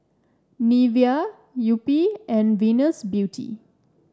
Nivea Yupi and Venus Beauty